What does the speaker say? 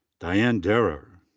diana derrer.